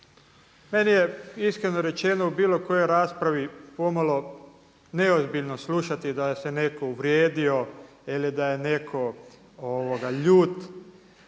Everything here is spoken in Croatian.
Meni je iskreno rečeno u bilo kojoj raspravi pomalo neozbiljno slušati da se netko uvrijedio ili da je netko ljut.